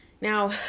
Now